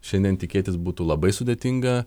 šiandien tikėtis būtų labai sudėtinga